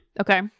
Okay